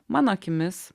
mano akimis